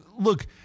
look